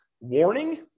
Warning